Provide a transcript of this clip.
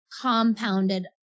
compounded